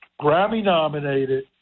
Grammy-nominated